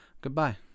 Goodbye